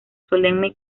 solemne